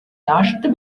touched